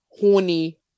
horny